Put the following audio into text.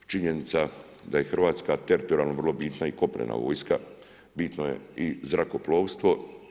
Činjenica da je Hrvatska teritorijalno vrlo bitna i kopnena vojska, bitno je i zrakoplovstvo.